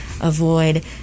avoid